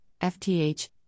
FTH